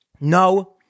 no